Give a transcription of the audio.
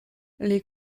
les